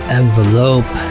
envelope